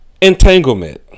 entanglement